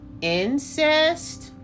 incest